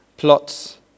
plots